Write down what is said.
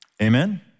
Amen